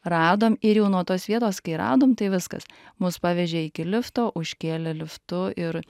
radom ir jau nuo tos vietos kai radom tai viskas mus pavežė iki lifto užkėlė liftu ir